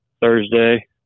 thursday